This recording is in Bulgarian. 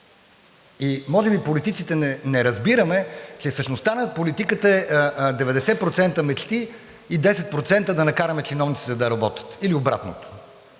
и може би политиците не разбираме, че същността на политиката е 90% мечти и 10% да накараме чиновниците да работят или обратното